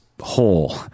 hole